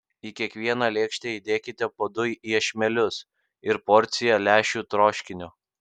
į kiekvieną lėkštę įdėkite po du iešmelius ir porciją lęšių troškinio